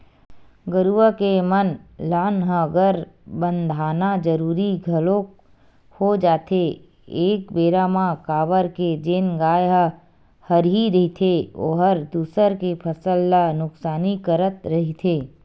गरुवा के म लांहगर बंधाना जरुरी घलोक हो जाथे एक बेरा म काबर के जेन गाय ह हरही रहिथे ओहर दूसर के फसल ल नुकसानी करत रहिथे